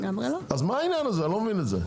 לא מבין את זה.